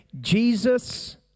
Jesus